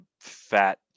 fat